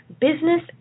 business